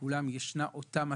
ישנה אותה מטרה.